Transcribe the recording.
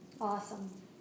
Awesome